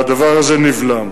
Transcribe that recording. והדבר הזה נבלם.